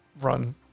run